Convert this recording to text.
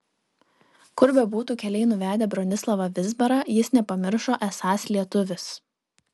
kur bebūtų keliai nuvedę bronislavą vizbarą jis nepamiršo esąs lietuvis